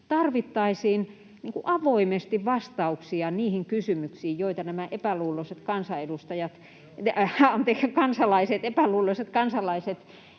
tarvittaisiin avoimesti vastauksia niihin kysymyksiin, joita nämä epäluuloiset kansalaiset